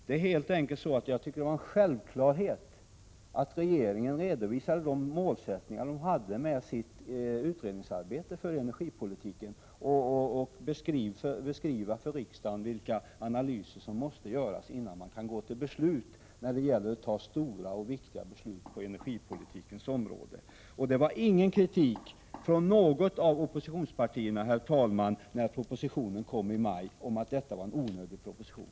Det var helt enkelt en självklarhet för regeringen att redovisa de målsättningar den har med sitt utredningsarbete beträffande energipolitiken och att för riksdagen beskriva vilka analyser som måste göras, innan man kan gå till beslut i stora och viktiga frågor på energipolitikens område. Det förekom ingen kritik från något av oppositionspartierna mot att propositionen var onödig när den lades fram i maj.